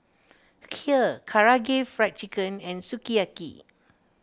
Kheer Karaage Fried Chicken and Sukiyaki